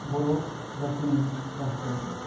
बर' जाथिनि राजखान्थि